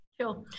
Sure